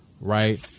right